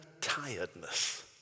tiredness